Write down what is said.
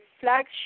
flagship